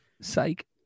psych